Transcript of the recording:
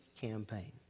campaign